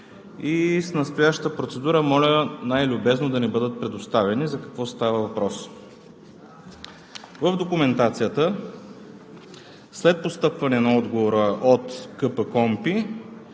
С настоящата процедура моля най-любезно да ни бъдат представени. За какво става въпрос? В документацията след постъпване на отговора от КПОНПИ